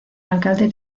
alcalde